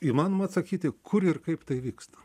įmanoma atsakyti kur ir kaip tai vyksta